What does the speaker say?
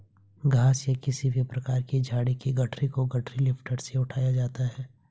घास या किसी भी प्रकार की झाड़ी की गठरी को गठरी लिफ्टर से उठाया जाता है